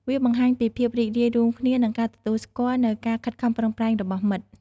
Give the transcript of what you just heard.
វាបង្ហាញពីភាពរីករាយរួមគ្នា និងការទទួលស្គាល់នូវការខិតខំប្រឹងប្រែងរបស់មិត្ត។